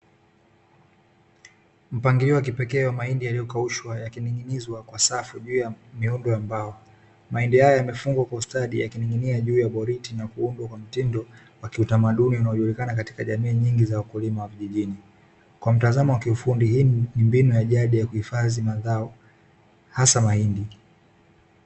Mpangilio wa kipekee wa mahindi yaliyokaushwa yakining'inizwa kwa safu juu ya miundo ya mbao. Mahindi haya yamefungwa kwa ustadi yakining'inia juu ya boriti na kuundwa kwa mtindo wa kiutamaduni unaojulikana katika jamii nyingi za wakulima wa vijijini. Kwa mtazamo wa kiufundi, hii ni mbinu ya jadi ya kuhifadhi mazao hasa mahindi.